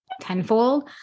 tenfold